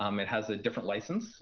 um it has a different license.